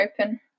open